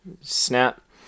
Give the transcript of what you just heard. snap